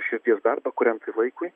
širdies darbą kuriam tai laikui